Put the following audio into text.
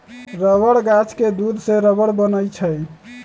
rubber गाछ के दूध से रबर बनै छै